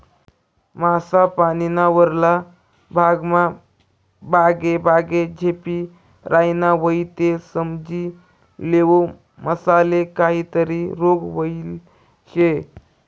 मासा पानीना वरला भागमा बागेबागे झेपी रायना व्हयी ते समजी लेवो मासाले काहीतरी रोग व्हयेल शे